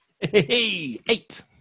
Eight